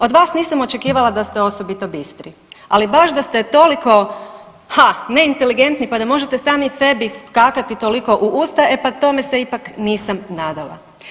Od vas nisam očekivala da ste osobito bistri, ali baš da ste toliko neinteligentni pa da možete sami sebi skakati toliko u usta, e pa tome se ipak nisam nadala.